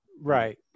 Right